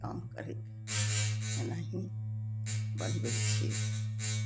काम सहित एनाही बनबय छी